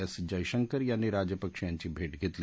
S Jaishankar यांनी राजपक्षे यांची भेट घेतली